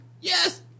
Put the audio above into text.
yes